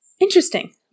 Interesting